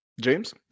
James